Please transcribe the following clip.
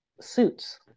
suits